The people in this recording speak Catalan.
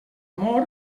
amor